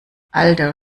alter